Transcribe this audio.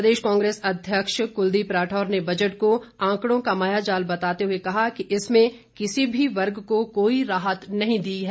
प्रदेश कांग्रेस अध्यक्ष कुलदीप राठौर ने बजट को आंकडों का मायाजाल बताते हुए कहा कि इसमें किसी भी वर्ग को कोई राहत नहीं दी गई है